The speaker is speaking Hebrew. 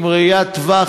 עם ראיית טווח,